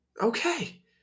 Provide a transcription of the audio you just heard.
okay